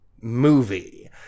movie